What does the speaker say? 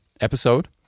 episode